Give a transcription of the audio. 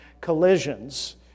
collisions